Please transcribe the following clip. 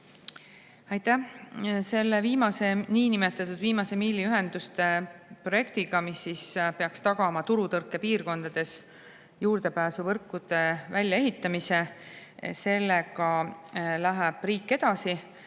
Aitäh! Selle niinimetatud viimase miili ühenduste projektiga, mis peaks tagama turutõrkepiirkondades juurdepääsuvõrkude väljaehitamise, läheb riik edasi.